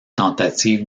tentative